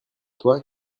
toi